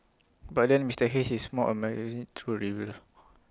but then Mister Hayes is more A true believer